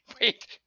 Wait